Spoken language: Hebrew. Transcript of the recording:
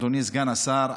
אדוני סגן שר האוצר,